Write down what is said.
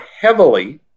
heavily